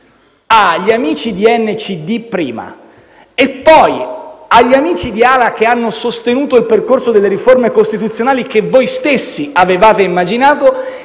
agli amici di NCD prima e poi agli amici di A-LA, che hanno sostenuto il percorso delle riforme costituzionali che voi stessi avevate immaginato,